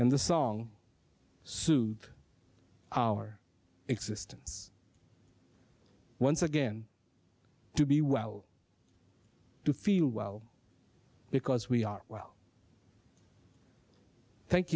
and the song sued our existence once again to be well to feel well because we are well thank